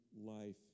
life